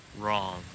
Wrong